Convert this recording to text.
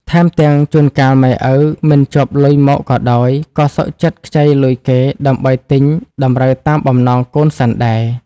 ថែមទាំងជួនកាលម៉ែឪមិនជាប់លុយមកក៏ដោយ ក៏សុខចិត្តខ្ចីលុយគេដើម្បីទិញតម្រូវតាមបំណងកូនសិនដែរ ។